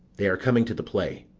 they are coming to the play.